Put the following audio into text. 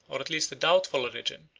or at least a doubtful origin,